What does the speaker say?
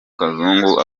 kazungu